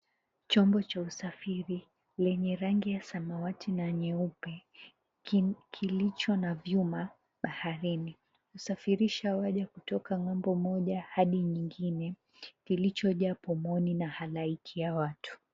Chombo cha usafiri lenye rangi ya samawati na nyeupe, kilicho na vyuma baharini, husafirisha watu kutoka ng'ambo moja hadi nyingine. Kilichojaa pomoni na halaiki ya watu.